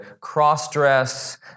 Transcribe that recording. cross-dress